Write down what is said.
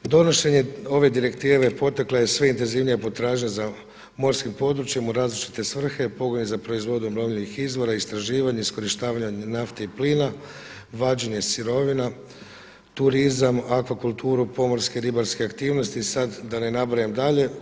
Donošenje ove direktive potekla je sve intenzivnija potražnja za morskim područjem u različite svrhe, pogodne za proizvodnju obnovljivih izvora, istraživanja, iskorištavanja nafte i plina, vađenje sirovina, turizam, akvakulturu, pomorske ribarske aktivnosti, sada da ne nabrajam dalje.